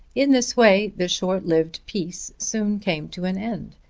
in this way the short-lived peace soon came to an end,